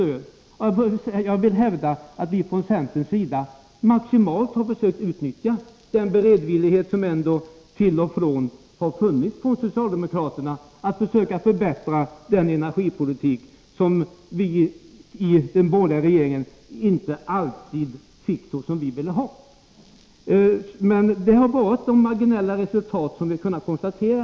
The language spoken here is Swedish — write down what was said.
Jag vill hävda att vi från centerns sida försökt att maximalt utnyttja den beredvillighet som till och från har funnits hos socialdemokraterna att försöka förbättra energipolitiken, som vi i den borgerliga regeringen inte alltid fick så som vi ville ha den. Men det har givit de marginella resultat, som vi har kunnat konstatera.